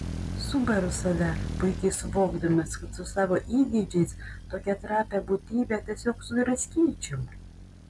subaru save puikiai suvokdamas kad su savo įgeidžiais tokią trapią būtybę tiesiog sudraskyčiau